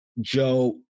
Joe